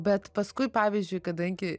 bet paskui pavyzdžiui kadangi